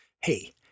hey